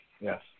Yes